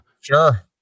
Sure